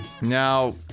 Now